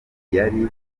yari